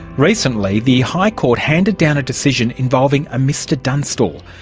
recently the high court handed down a decision involving a mr dunstall,